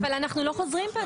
אבל אנחנו לא חוזרים בנו.